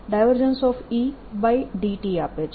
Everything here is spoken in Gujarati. Et આપે છે